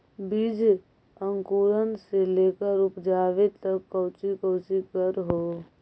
बीज अंकुरण से लेकर उपजाबे तक कौची कौची कर हो?